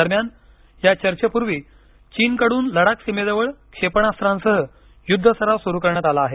दरम्यान या चर्चेपूर्वी चिनीकडून लडाख सीमेजवळ क्षेपणास्त्रांसह युद्धसराव सुरु करण्यात आली आहे